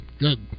Good